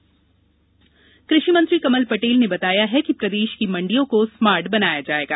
smart mandi कृषि मंत्री कमल पटेल ने बताया है कि प्रदेश की मंडियों को स्मार्ट बनाया जाएगा